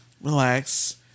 relax